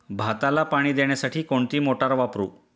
भाताला पाणी देण्यासाठी कोणती मोटार वापरू?